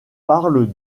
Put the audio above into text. parle